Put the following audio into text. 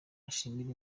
ashimira